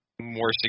more